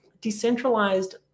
decentralized